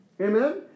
Amen